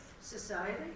Society